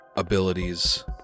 Abilities